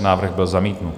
Návrh byl zamítnut.